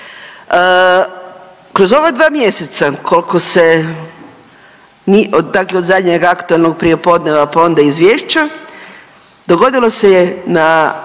Kroz ova dva mjeseca kolko se, dakle od zadnjeg aktualnog prijepodneva, pa onda izvješća, dogodilo se je na